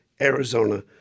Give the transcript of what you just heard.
Arizona